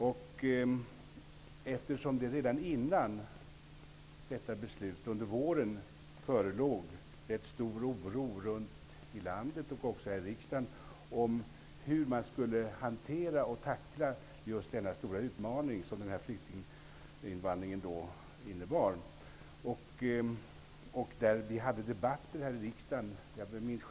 Det förelåg redan under våren innan detta beslut fattades en stor oro runt om i landet och också här i riksdagen om hur man skulle tackla den stora utmaning som denna flyktinginvandring innebar. Vi hade debatter här i riksdagen om detta.